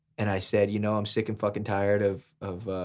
and i said you know i'm sick and fucking tired of of